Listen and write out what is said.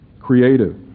creative